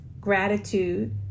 gratitude